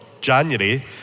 January